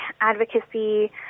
advocacy